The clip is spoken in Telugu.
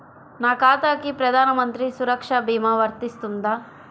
నా ఖాతాకి ప్రధాన మంత్రి సురక్ష భీమా వర్తిస్తుందా?